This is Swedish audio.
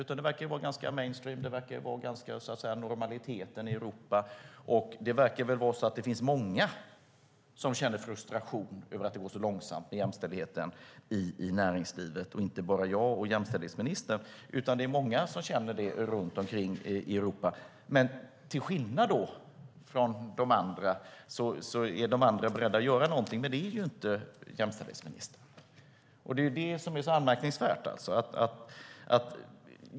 Det verkar i stället vara ganska mainstream och så att säga normaliteten i Europa, och det verkar vara så att många känner frustration över att det går så långsamt med jämställdheten i näringslivet. Det är inte bara jag och jämställdhetsministern, utan det är många som känner det runt omkring i Europa. Till skillnad från oss är dock de andra beredda att göra någonting, men det är ju inte jämställdhetsministern. Det är det som är så anmärkningsvärt.